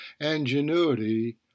ingenuity